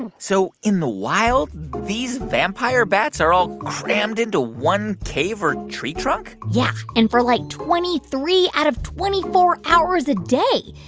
and so in the wild, these vampire bats are all crammed into one cave or tree trunk? yeah. and for, like, twenty three out of twenty four hours a day.